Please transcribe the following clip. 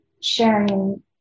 sharing